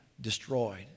destroyed